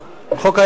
חוק היערות.